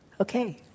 Okay